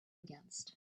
against